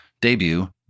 debut